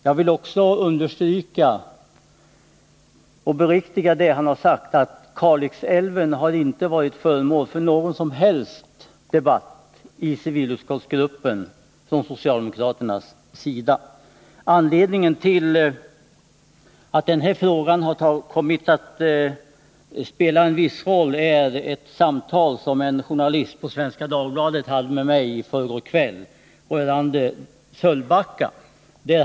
Jag vill också understryka och bekräfta det han har sagt, att Kalix älv inte har varit föremål för någon som helst debatt i civilutskottsgruppen från socialdemokraternas sida. Anledningen till att den här frågan har kommit att spela en viss roll är ett samtal som en journalist från Svenska Dagbladet hade med mig i förrgår kväll rörande Sölvbacka.